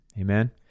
Amen